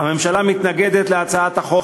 הממשלה מתנגדת להצעת החוק